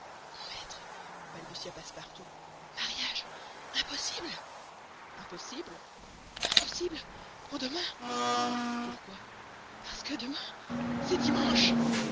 mr fogg mon maître balbutia passepartout mariage impossible impossible impossible pour demain pourquoi parce que demain c'est dimanche